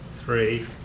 three